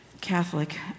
Catholic